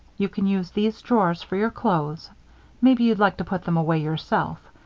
you can use these drawers for your clothes maybe you'd like to put them away yourself.